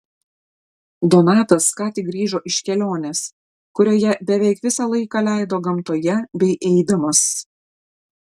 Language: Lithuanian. donatas ką tik grįžo iš kelionės kurioje beveik visą laiką leido gamtoje bei eidamas